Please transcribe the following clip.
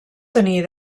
tenir